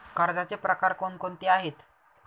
कर्जाचे प्रकार कोणकोणते आहेत?